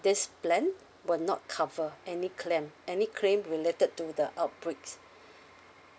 this plan will not cover any claim any claim related to the outbreaks